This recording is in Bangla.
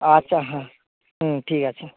আচ্ছা হ্যাঁ হুম ঠিক আছে